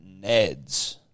Neds